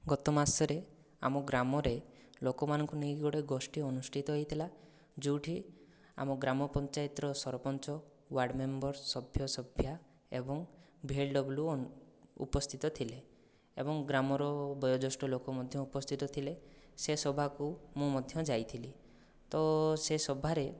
ଗତମାସରେ ଆମ ଗ୍ରାମରେ ଲୋକମାନଙ୍କୁ ନେଇକି ଗୋଟିଏ ଗୋଷ୍ଠୀ ଅନୁଷ୍ଠିତ ହେଇଥିଲା ଯେଉଁଠି ଆମ ଗ୍ରାମପଞ୍ଚାୟତର ସରପଞ୍ଚ ୱାର୍ଡମେମ୍ବର ସଭ୍ୟ ସଭ୍ୟା ଏବଂ ଭିଏଲ୍ଡବ୍ଲୁ ଉପସ୍ଥିତ ଥିଲେ ଏବଂ ଗ୍ରାମର ବୟୋଜ୍ୟେଷ୍ଠ ଲୋକ ମଧ୍ୟ ଉପସ୍ଥିତ ଥିଲେ ସେ ସଭାକୁ ମୁଁ ମଧ୍ୟ ଯାଇଥିଲି ତ ସେ ସଭାରେ